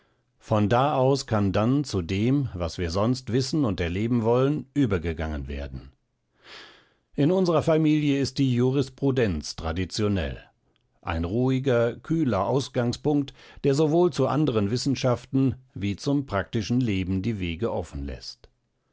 von da aus kann dann zu dem was wir sonst wissen und erleben wollen übergegangen werden in unserer familie ist die jurisprudenz traditionell ein ruhiger kühler ausgangspunkt der sowohl zu anderen wissenschaften wie zum praktischen leben die wege offen läßt